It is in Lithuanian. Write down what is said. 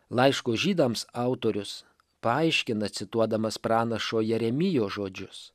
laiško žydams autorius paaiškina cituodamas pranašo jeremijo žodžius